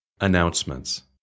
Announcements